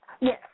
Yes